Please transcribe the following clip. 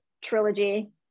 trilogy